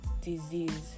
disease